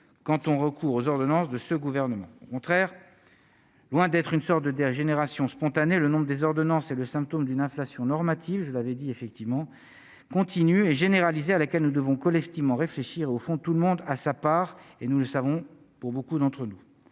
quand on recourt aux ordonnances de ce gouvernement contraire loin d'être une sorte de de la génération spontanée, le nombre des ordonnances est le symptôme d'une inflation normative, je l'avais dit effectivement continue et généralisée à laquelle nous devons collectivement réfléchir au fond tout le monde a sa part et nous le savons, pour beaucoup d'entre nous,